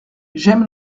j’aime